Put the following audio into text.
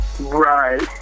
right